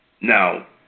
Now